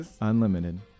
Unlimited